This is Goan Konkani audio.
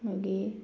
मागीर